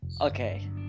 okay